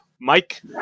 mike